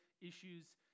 issues